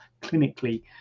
clinically